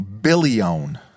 billion